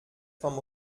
vom